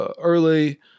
early